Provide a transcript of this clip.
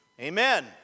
Amen